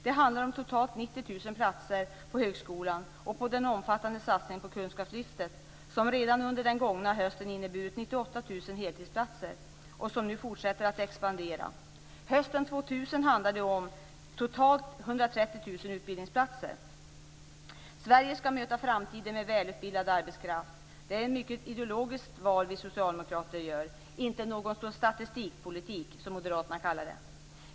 Det handlar om totalt 90 000 platser på högskolan och på den omfattande satsningen på kunskapslyftet, som alltså redan under den gångna hösten inneburit 98 000 heltidsplatser och som nu fortsätter att expandera. Hösten 2000 handlar om totalt 130 000 Sverige skall möta framtiden med välutbildad arbetskraft. Det är ett mycket ideologiskt val vi socialdemokrater gör - inte någon statistikpolitik som moderaterna kallar det.